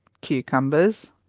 cucumbers